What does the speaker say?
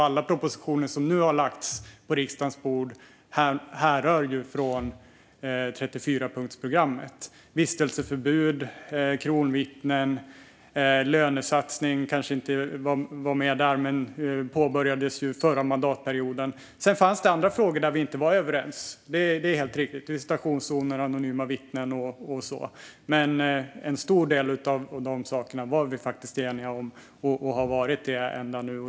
Alla propositioner som nu har lagts på riksdagens bord härrör ju från 34-punktsprogrammet, till exempel de om vistelseförbud och kronvittnen. Lönesatsningen var kanske inte med där, men den påbörjades förra mandatperioden. Sedan fanns det andra frågor där vi inte var överens, det är helt riktigt, till exempel visitationszoner och anonyma vittnen. Men en stor del av de här sakerna har vi faktiskt varit eniga om hela tiden.